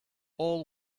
all